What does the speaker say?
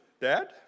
Dad